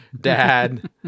dad